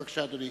בבקשה, אדוני.